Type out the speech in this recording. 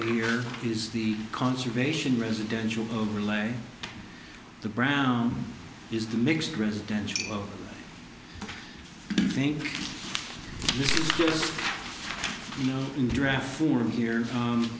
here is the conservation residential overlay the brown is the mixed residential thing you know in draft form here